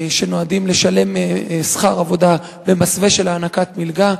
שנועדו לשלם שכר עבודה במסווה של הענקת מלגה.